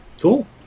Cool